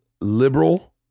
liberal